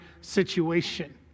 situation